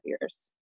years